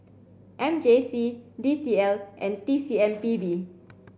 M J C D T L and T C M B B